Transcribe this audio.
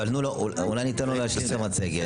אולי ניתן לו להשלים את המצגת.